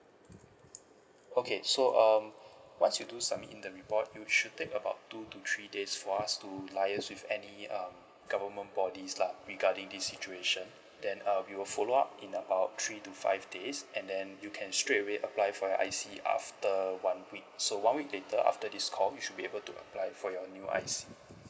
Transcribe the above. okay so um once you do submit in the report you should take about two to three days for us to liaise with any um government bodies lah regarding this situation then uh we will follow up in about three to five days and then you can straightaway apply for your I_C after one week so one week later after this call you should be able to apply for your new I_C